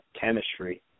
chemistry